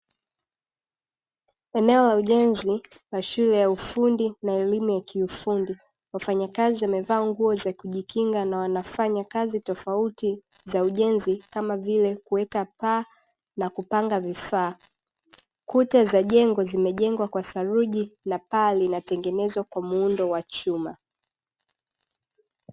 Eneo la ujenzi la shule ya ufundi na elimu ya kiufundi. Wafanyakazi wamevaa nguo za kujikinga na wanafanya kazi tofauti za ujenzi, kama vile; kuweka paa na kupanga vifaa. Kuta za jengo zimejengwa kwa saruji na paa linatengenezwa kwa muundo wa chuma.